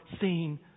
seen